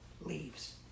leaves